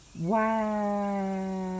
wow